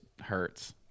hurts